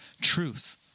truth